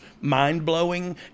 mind-blowing